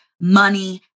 money